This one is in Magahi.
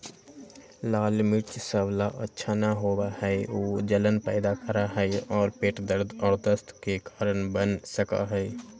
लाल मिर्च सब ला अच्छा न होबा हई ऊ जलन पैदा करा हई और पेट दर्द और दस्त के कारण बन सका हई